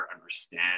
understand